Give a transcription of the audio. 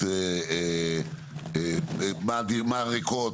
מה ריקות,